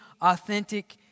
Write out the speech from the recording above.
authentic